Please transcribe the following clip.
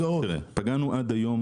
פגענו עד היום